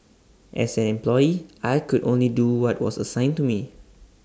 as an employee I could only do what was assigned to me